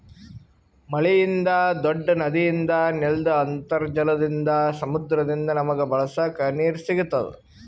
ಮಳಿಯಿಂದ್, ದೂಡ್ಡ ನದಿಯಿಂದ್, ನೆಲ್ದ್ ಅಂತರ್ಜಲದಿಂದ್, ಸಮುದ್ರದಿಂದ್ ನಮಗ್ ಬಳಸಕ್ ನೀರ್ ಸಿಗತ್ತದ್